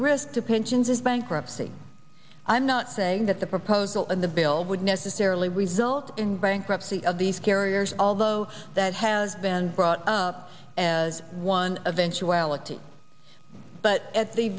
risk to pensions is bankruptcy i'm not saying that the proposal in the bill would necessarily result in bankruptcy of these carriers although that has been brought up as one of ensure aleksey but at the